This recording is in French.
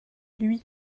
lui